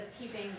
keeping